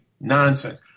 nonsense